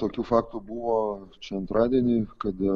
tokių faktų buvo čia antradienį kada